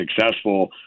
successful